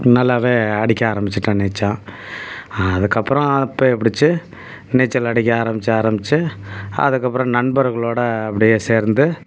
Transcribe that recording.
நல்லாவே அடிக்க ஆரம்பிச்சுட்டோம் நீச்சல் அதுக்கப்புறம் அப்பய பிடிச்சு நீச்சல் அடிக்க ஆரமித்து ஆரமித்து அதுக்கப்புறம் நண்பர்களோடு அப்படியே சேர்ந்து